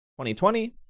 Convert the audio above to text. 2020